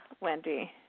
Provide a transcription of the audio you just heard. Wendy